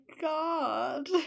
god